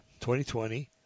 2020